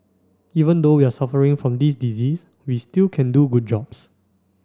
even though we are suffering from this disease we still can do good jobs